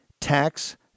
Tax